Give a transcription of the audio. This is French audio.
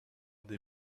des